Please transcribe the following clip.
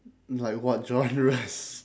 like what genres